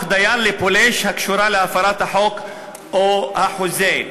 דייר לפולש קשורה להפרת החוק או החוזה.